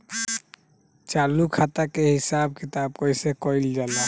चालू खाता के हिसाब किताब कइसे कइल जाला?